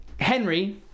Henry